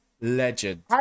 legend